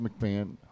McMahon